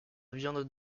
viande